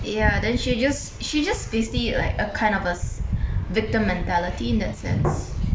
ya then she just she just basically like a kind of a victim mentality in that sense